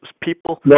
people